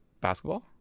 Basketball